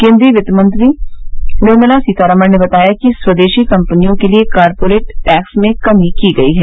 केन्द्रीय वित्तमंत्री निर्मला सीतारामन ने बताया कि स्वदेशी कंपनियों के लिए कॉरपोरेट टैक्स में कमी की गई है